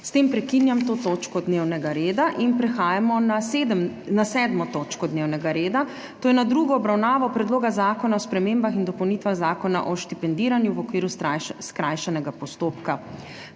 S tem zaključujem to točko dnevnega reda. Nadaljujemo s prekinjeno 7. točko dnevnega reda, to je z drugo obravnavo Predloga zakona o spremembah in dopolnitvah Zakona o štipendiranju v okviru skrajšanega postopka.